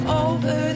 over